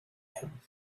him